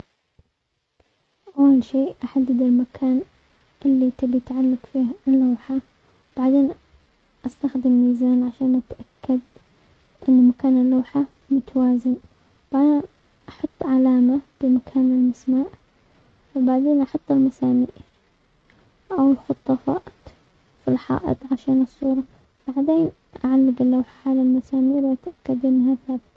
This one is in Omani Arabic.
اول شيء احدد المكان اللي تبي تعلق فيه اللوحة، بعدين استخدم ميزان عشان اتأكد ان مكان اللوحة متوازي، وبعدين احط علامة بمكان المسمار، وبعدين احط المسامير او في الحائط عشان الصورة، وبعدين اعلق اللوحة على المسامير واتأكد انها ثابتة.